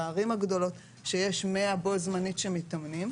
בערים הגדולות שיש 100 בו-זמנית שמתאמנים,